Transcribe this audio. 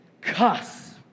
cuss